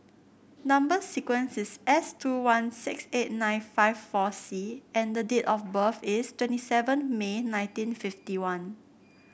number sequence is S two one six eight nine five four C and the date of birth is twenty seven May nineteen fifty one